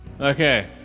Okay